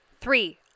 Three